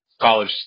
college